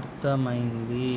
అర్థమైంది